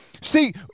See